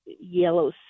yellow